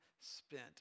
spent